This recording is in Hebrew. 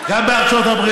גם בארצות הברית הוא לא היה.